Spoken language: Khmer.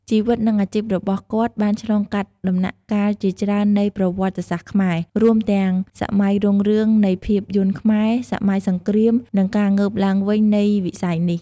ជីវិត និងអាជីពរបស់គាត់បានឆ្លងកាត់ដំណាក់កាលជាច្រើននៃប្រវត្តិសាស្ត្រខ្មែរ រួមទាំងសម័យរុងរឿងនៃភាពយន្តខ្មែរ សម័យសង្រ្គាម និងការងើបឡើងវិញនៃវិស័យនេះ។